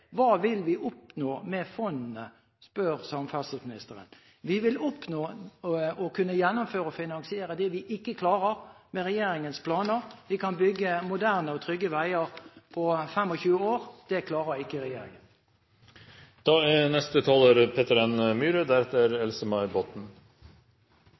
fondene, spør samferdselsministeren. Vi vil oppnå å kunne gjennomføre og finansiere det vi ikke klarer med regjeringens planer. Vi kan bygge moderne og trygge veier på 25 år. Det